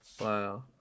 Wow